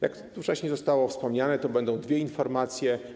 Jak tu wcześniej zostało wspomniane, to będą dwie informacje.